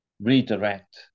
redirect